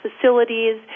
facilities